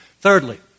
Thirdly